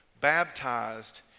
baptized